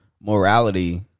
Morality